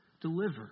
deliver